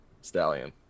Stallion